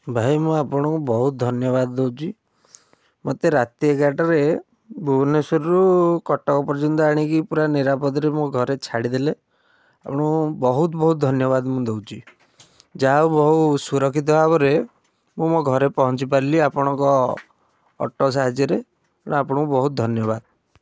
ଭାଇ ମୁଁ ଆପଣଙ୍କୁ ବହୁତ ଧନ୍ୟବାଦ ଦେଉଛି ମୋତେ ରାତି ଏଗାରଟାରେ ଭୁବନେଶ୍ୱରରୁ କଟକ ପର୍ଯ୍ୟନ୍ତ ଆଣିକି ପୁରା ନିରାପଦରେ ମୋ ଘରେ ଛାଡ଼ିଦେଲେ ଏଣୁ ବହୁତ ବହୁତ ଧନ୍ୟବାଦ ମୁଁ ଦେଉଛି ଯାହେଉ ବହୁ ସୁରକ୍ଷିତ ଭାବରେ ମୁଁ ମୋ ଘରେ ପହଞ୍ଚି ପାରିଲି ଆପଣଙ୍କ ଅଟୋ ସାହାଯ୍ୟରେ ଏଣୁ ଆପଣଙ୍କୁ ବହୁତ ଧନ୍ୟବାଦ